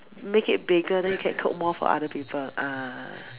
make it bigger then you can cook more for other people ah